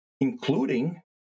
including